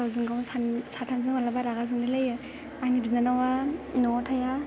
गावजों गाव साथामजों मालाबा रागा जोंलायलायो आंनि बिनानावआ न'आव थाया